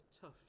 tough